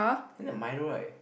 then the Milo right